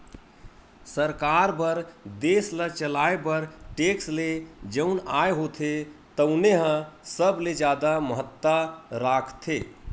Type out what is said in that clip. सरकार बर देस ल चलाए बर टेक्स ले जउन आय होथे तउने ह सबले जादा महत्ता राखथे